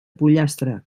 pollastre